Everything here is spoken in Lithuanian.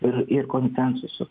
ir ir konsensusu